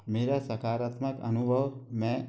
मेरा सकारात्मक अनुभव मैं